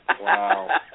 Wow